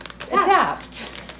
adapt